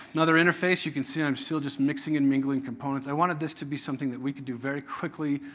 another interface. you can see i'm still just mixing and mingling components. i wanted this to be something that we could do very quickly.